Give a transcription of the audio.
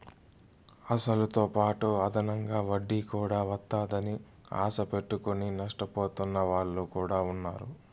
అసలుతోపాటు అదనంగా వడ్డీ కూడా వత్తాదని ఆశ పెట్టుకుని నష్టపోతున్న వాళ్ళు కూడా ఉన్నారు